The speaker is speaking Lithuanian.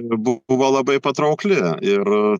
buvo labai patraukli ir